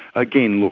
again,